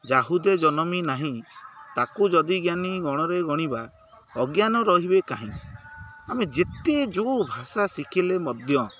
ଯା ହୃଦେ ଜନମି ନାହିଁ ତାକୁ ଯଦି ଜ୍ଞାନୀ ଗଣରେ ଗଣିବା ଅଜ୍ଞାନ ରହିବେ କାହିଁ ଆମେ ଯେତେ ଯେଉଁ ଭାଷା ଶିଖିଲେ ମଧ୍ୟ